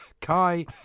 Kai